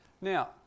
Now